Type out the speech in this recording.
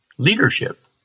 Leadership